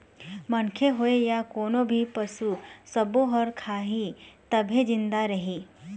मनखे होए य कोनो भी पसू सब्बो ह खाही तभे जिंदा रइही